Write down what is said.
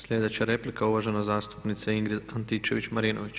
Sljedeća replika, uvažena zastupnica Ingrid Antičević Marinović.